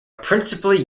principally